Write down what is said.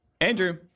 Andrew